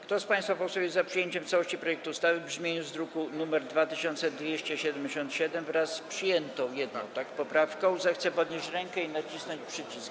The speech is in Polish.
Kto z państwa posłów jest za przyjęciem w całości projektu ustawy w brzmieniu z druku nr 2277, wraz z jedną przyjętą poprawką, zechce podnieść rękę i nacisnąć przycisk.